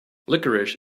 licorice